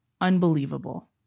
Unbelievable